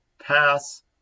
pass